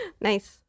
Nice